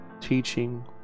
teaching